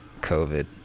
covid